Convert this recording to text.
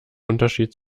unterschied